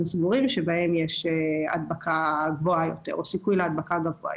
סגורים שבהם יש סיכוי גבוה יותר להדבקה.